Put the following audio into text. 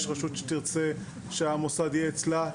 יש רשות שתרצה שהמוסד יהיה אצלה,